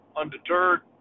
undeterred